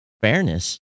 fairness